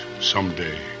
someday